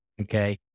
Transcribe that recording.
Okay